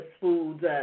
foods